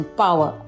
power